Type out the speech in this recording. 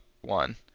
one